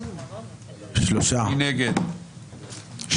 8 נגד,